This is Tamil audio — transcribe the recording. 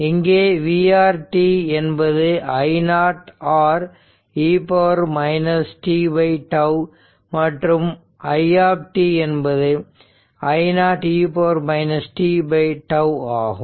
இங்கே vR t என்பது I0 R e t τ மற்றும் i t என்பது I0 e t τ ஆகும்